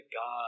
God